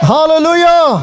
Hallelujah